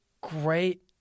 great